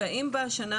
האם בשנה